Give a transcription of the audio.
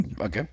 okay